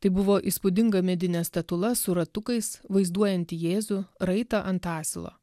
tai buvo įspūdinga medinė statula su ratukais vaizduojanti jėzų raitą ant asilo